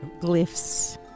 Glyphs